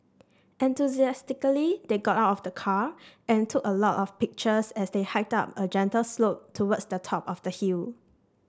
they got out of the car and took a lot of pictures as they hiked up a gentle slope towards the top of the hill